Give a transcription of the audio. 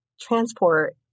transport